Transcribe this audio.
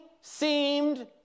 seemed